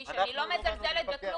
לעומת זאת,